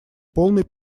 полной